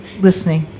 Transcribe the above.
Listening